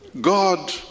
God